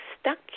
stuck